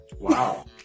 Wow